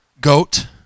goat